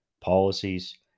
policies